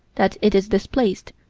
that it is displaced,